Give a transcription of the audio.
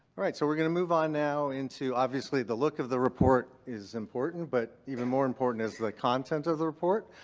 all right. so we're going to move on now into. obviously, the look of the report is important, but even more important is the content of the report.